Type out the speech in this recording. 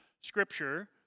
Scripture